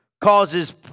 causes